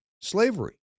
slavery